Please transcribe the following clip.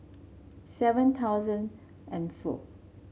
seven thousand and four